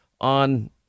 on